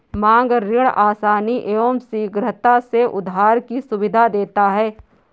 मांग ऋण आसानी एवं शीघ्रता से उधार की सुविधा देता है